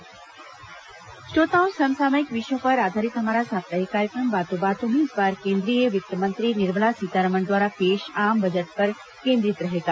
बातों बातों में श्रोताओं समसामयिक विषयों पर आधारित हमारा साप्ताहिक कार्यक्रम बातों बातों में इस बार केंद्रीय वित्त मंत्री निर्मला सीतारमन द्वारा पेश आम बजट पर केंद्रित रहेगा